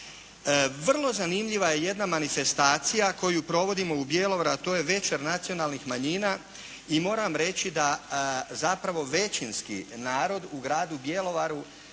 Vrlo zanimljiva je jedna manifestacija koju provodimo u Bjelovaru a to je Večer nacionalnih manjina. I moram reći da zapravo većinski narod u gradu Bjelovaru